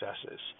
successes